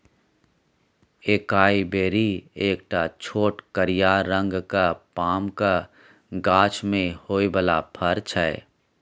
एकाइ बेरी एकटा छोट करिया रंगक पामक गाछ मे होइ बला फर छै